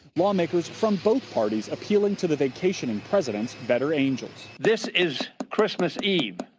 lawmakers from both parties appealing to the vacationing president's better angels this is christmas eve